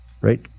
right